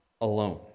alone